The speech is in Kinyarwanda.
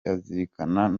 azirikana